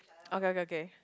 okay okay okay